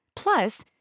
Plus